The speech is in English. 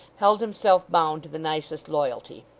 held himself bound to the nicest loyalty.